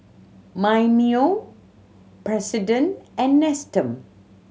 Mimeo President and Nestum